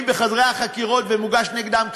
בחדרי החקירות ומוגש נגדם כתב-אישום,